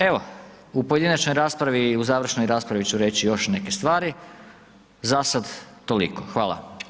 Evo u pojedinačnoj, u završnoj raspravi ću reći još neke stvari, zasad toliko, hvala.